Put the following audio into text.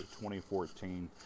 2014